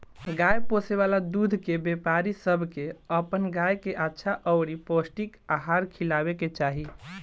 गाय पोसे वाला दूध के व्यापारी सब के अपन गाय के अच्छा अउरी पौष्टिक आहार खिलावे के चाही